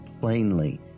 plainly